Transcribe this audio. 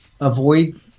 avoid